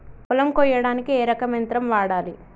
పొలం కొయ్యడానికి ఏ రకం యంత్రం వాడాలి?